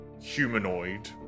humanoid